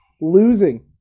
losing